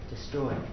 destroy